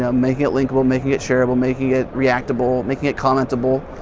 um making it linkable, making it sharable, making it reactable making it commentable,